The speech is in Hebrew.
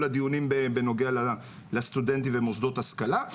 הדיונים בנוגע לסטודנטים ומוסדות השכלה.